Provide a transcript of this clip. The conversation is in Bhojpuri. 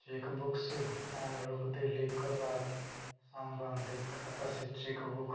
चेकबुक से भुगतान रोक देले क बाद सम्बंधित खाता से चेकबुक